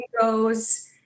goes